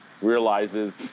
realizes